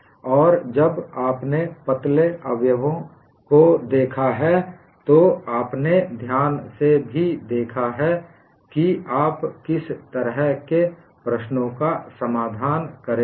और जब आपने पतले अवयवों को देखा है तो आपने ध्यान से भी देखा है कि आप किस तरह की प्रश्नों का समाधान करेंगे